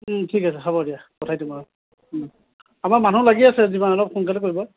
ঠিক আছে হ'ব দিয়া পঠাই দিম অহ আমাৰ মানুহ লাগি আছে যিমান সম্ভৱ সোনকালে কৰিব